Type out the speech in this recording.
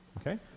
Okay